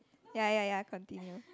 ya ya ya continue